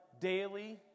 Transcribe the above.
Daily